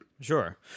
Sure